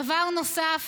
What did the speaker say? דבר נוסף: